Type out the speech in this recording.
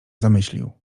zamyślił